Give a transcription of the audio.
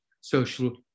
social